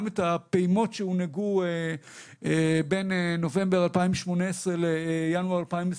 את הפעימות שהונהגו בין נובמבר 2018 לינואר 2021